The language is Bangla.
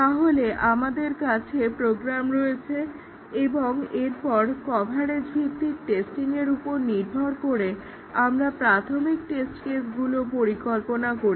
তাহলে আমাদের কাছে প্রোগ্রাম রয়েছে এবং এরপর কভারেজ ভিত্তিক টেস্টিংয়ের উপর নির্ভর করে আমরা প্রাথমিক টেস্ট কেসগুলোর পরিকল্পনা করি